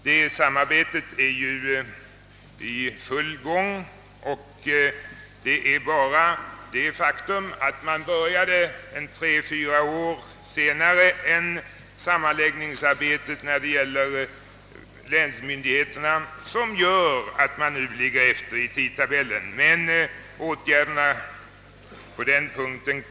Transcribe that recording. Det samarbetet är ju i full gång, och det är bara det faktum att man började tre eller fyra år senare med detta sammanläggningsarbete som gör att man nu ligger efter i tidtabellen.